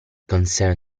concern